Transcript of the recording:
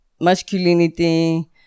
masculinity